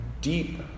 deep